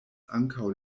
ankaŭ